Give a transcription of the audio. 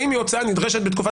האם היא הוצאה נדרשת בתקופת בחירות,